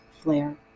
flare